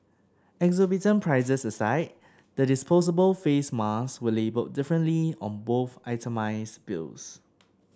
exorbitant prices aside the disposable face masks were labelled differently on both itemised bills